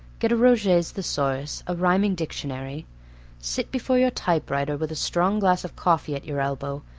get a roget's thesaurus, a rhyming dictionary sit before your typewriter with a strong glass of coffee at your elbow,